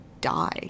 die